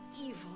evil